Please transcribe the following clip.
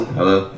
Hello